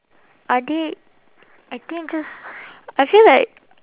adik I think just I feel like